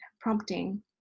prompting